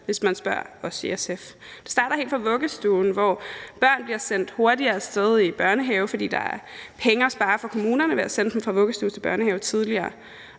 ikke kan holde til. Det starter helt fra vuggestuen, hvor børn bliver sendt hurtigere af sted i børnehave, fordi der er penge at spare for kommunerne ved at sende dem fra vuggestue til børnehave tidligere.